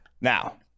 Now